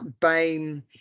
BAME